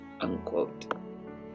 unquote